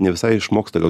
ne visai išmoksta gal